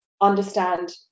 understand